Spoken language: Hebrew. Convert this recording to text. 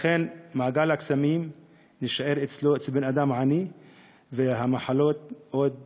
לכן יהיה מעגל קסמים אצל האדם העני והמחלות עוד